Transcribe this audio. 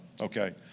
okay